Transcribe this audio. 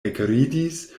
ekridis